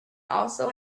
also